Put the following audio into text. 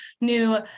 new